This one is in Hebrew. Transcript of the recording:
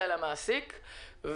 המעסיק.